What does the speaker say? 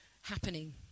happening